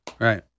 Right